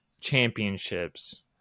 championships